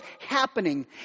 happening